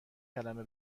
کلمه